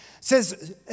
says